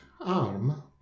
arm